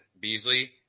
Beasley